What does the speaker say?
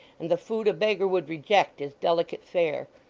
and the food a beggar would reject is delicate fare.